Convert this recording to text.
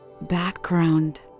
Background